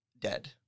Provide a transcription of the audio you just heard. dead